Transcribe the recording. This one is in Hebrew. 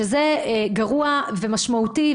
שזה גרוע ומשמעותי,